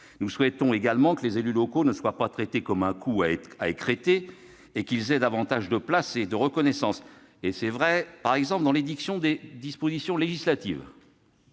Nous souhaitons également que les élus locaux ne soient pas traités comme un coût à écrêter et qu'ils bénéficient de davantage de place et de reconnaissance, notamment dans l'édiction des dispositions législatives.